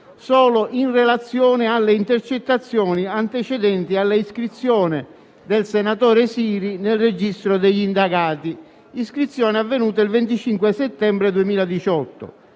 solo in relazione alle intercettazioni antecedenti alla iscrizione del senatore Siri nel registro degli indagati - iscrizione avvenuta il 25 settembre 2018